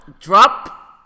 drop